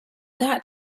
that